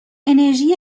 انرژی